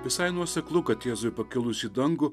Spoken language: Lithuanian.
visai nuoseklu kad jėzui pakilus į dangų